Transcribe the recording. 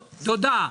תודה.